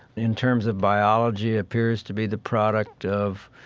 in terms of biology, appears to be the product of,